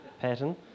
pattern